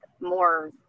more